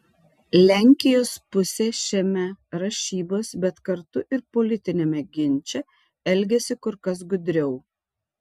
lenkijos pusė šiame rašybos bet kartu ir politiniame ginče elgiasi kur kas gudriau